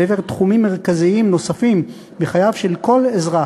אל תחומים מרכזיים נוספים בחייו של כל אזרח,